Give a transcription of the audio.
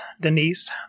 Denise